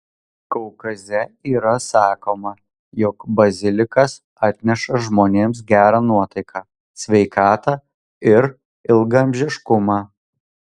kaukaze yra sakoma jog bazilikas atneša žmonėms gerą nuotaiką sveikatą ir ilgaamžiškumą